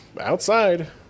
outside